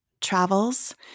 travels